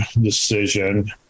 decision